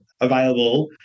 available